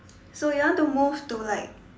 so you want to move to like